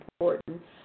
important